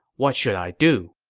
what should i do?